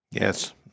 Yes